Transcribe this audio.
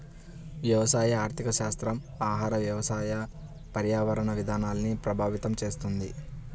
వ్యవసాయ ఆర్థికశాస్త్రం ఆహార, వ్యవసాయ, పర్యావరణ విధానాల్ని ప్రభావితం చేస్తుంది